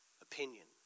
opinion